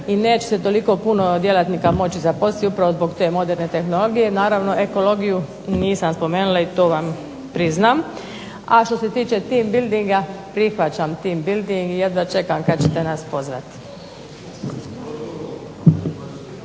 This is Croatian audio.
i neće se toliko puno djelatnika moći zaposliti upravo zbog te moderne tehnologije. Naravno ekologiju nisam spomenula i to vam priznam. A što se tiče team buildinga, prihvaćam team building i jedva čekam kad ćete nas pozvati.